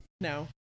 No